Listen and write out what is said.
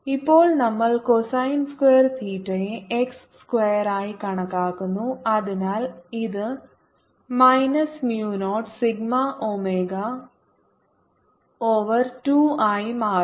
ഇപ്പോൾ നമ്മൾ cosine square തീറ്റയെ എക്സ് സ്ക്വയറായി കണക്കാക്കുന്നു അതിനാൽ ഇത് minus mu 0 sigma omega over 2 ആയി മാറുന്നു